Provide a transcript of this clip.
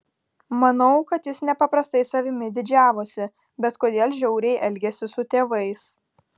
manau kad jis nepaprastai savimi didžiavosi bet kodėl žiauriai elgėsi su tėvais